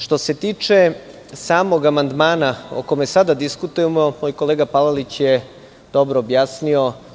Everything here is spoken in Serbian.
Što se tiče samog amandmana o kome sada diskutujemo, moj kolega Palalić je dobro objasnio.